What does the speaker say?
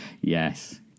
Yes